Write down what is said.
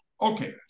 Okay